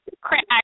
crack